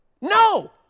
No